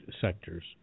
sectors